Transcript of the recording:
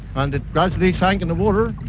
and it gradually sank in the water